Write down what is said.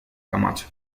camacho